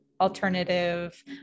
alternative